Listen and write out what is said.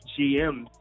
GM